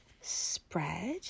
spread